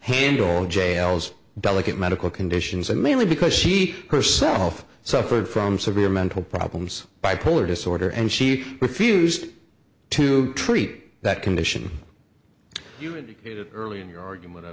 handle jails delicate medical conditions and mainly because she herself suffered from severe mental problems bipolar disorder and she refused to treat that condition early in your argument i